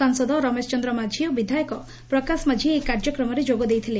ସାଂସଦ ରମେଶ ଚନ୍ଦ୍ର ମାଝୀ ଓ ବିଧାୟକ ପ୍ରକାଶ ମାଝି ଏହି କାର୍ଯ୍ୟକ୍ରମରେ ଯୋଗଦେଇଥିଲେ